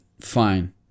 Fine